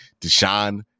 Deshaun